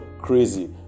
crazy